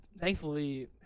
Thankfully